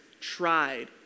tried